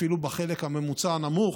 אפילו בחלק הממוצע הנמוך,